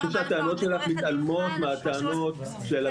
אני חושב שהטענות שלך מתעלמות מהטענות של הפגיעה.